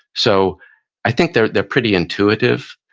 so i think they're they're pretty intuitive.